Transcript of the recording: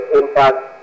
impact